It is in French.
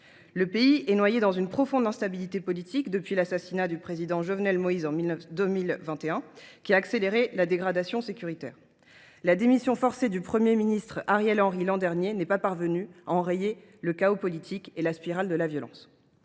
Le pays est plongé dans une profonde instabilité politique depuis l’assassinat du président Jovenel Moïse en 2021, événement ayant accéléré la dégradation sécuritaire. La démission forcée du Premier ministre Ariel Henry l’année dernière n’a pas permis d’enrayer ce chaos politique et la spirale de la violence.